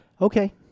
Okay